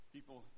People